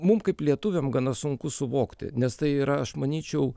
mum kaip lietuviam gana sunku suvokti nes tai yra aš manyčiau